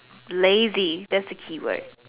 lazy thats the keyword